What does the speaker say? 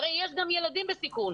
הרי יש גם ילדים בסיכון,